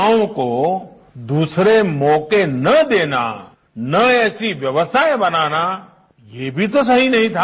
युवाओं को दूसरे मौके न देना न ऐसी व्यवस्थाएं बनाना ये भी तो सही नहीं था